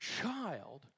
child